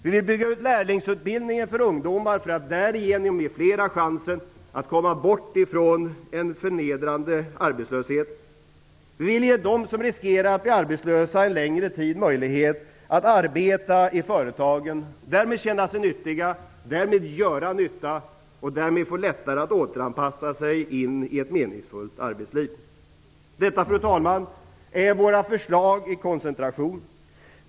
Vi vill bygga ut lärlingsutbildningen för ungdomar för att därigenom ge fler chansen att komma bort ifrån en förnedrande arbetslöshet. Vi vill ge dem som riskerar att bli arbetslösa en längre tid möjlighet att arbeta i företagen och därmed känna sig nyttiga, göra nytta och få lättare att återanpassa sig in i ett meningsfullt arbetsliv. Fru talman! Detta är våra förslag i koncentration.